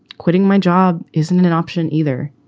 quitting my job isn't an an option either.